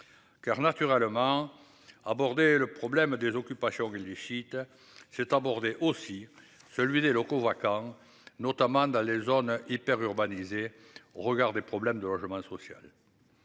Car naturellement abordé le problème des occupations ville du shit c'est aborder aussi celui des locaux vacants, notamment dans les zones hyper urbanisée au regard des problèmes de logement social.